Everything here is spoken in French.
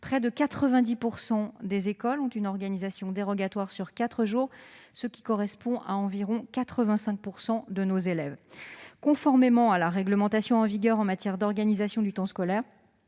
près de 90 % des écoles ont une organisation dérogatoire sur quatre jours, ce qui correspond à environ 85 % des élèves. Conformément à la réglementation en vigueur en matière d'organisation du temps scolaire,